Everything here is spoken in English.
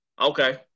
Okay